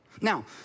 Now